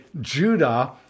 Judah